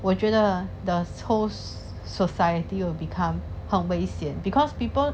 我觉得 the whole society will become 很危险 because people